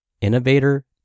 innovator